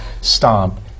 Stomp